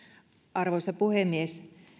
arvoisa puhemies